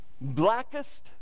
Blackest